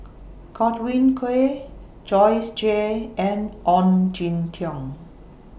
Godwin Koay Joyce Jue and Ong Jin Teong